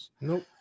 Nope